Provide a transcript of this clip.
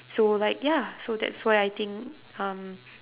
so like ya so that's why I think um